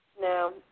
No